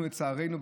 לצערנו,